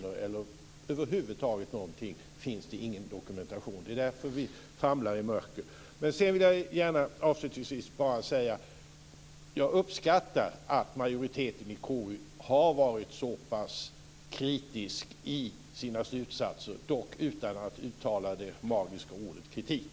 Det finns över huvud taget ingen dokumentation. Det är därför som vi famlar i mörker. Jag vill avslutningsvis bara säga att jag uppskattar att majoriteten i KU har varit så pass kritisk i sina slutsatser, dock utan att uttala det magiska ordet kritik.